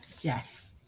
yes